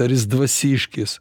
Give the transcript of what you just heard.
ar jis dvasiškis